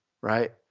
right